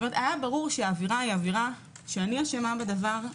היה ברור שהאווירה היא שאני אשמה בדבר.